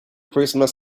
christmas